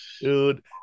Dude